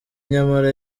nyamara